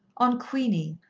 on queenie,